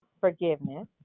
forgiveness